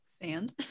sand